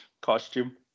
costume